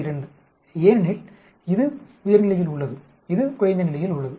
ஏனெனில் இது உயர் நிலையில் உள்ளது இது குறைந்த நிலையில் உள்ளது